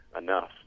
enough